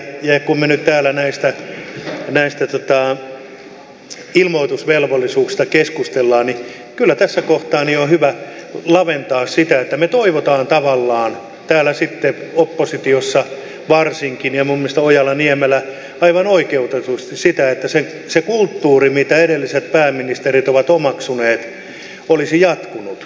ja kun me nyt täällä näistä ilmoitusvelvollisuuksista keskustelemme niin kyllä tässä kohtaa on hyvä laventaa sitä että me toivomme tavallaan varsinkin täällä sitten oppositiossa kuten minun mielestäni ojala niemelä aivan oikeutetusti sanoi sitä että se kulttuuri minkä edelliset pääministerit ovat omaksuneet olisi jatkunut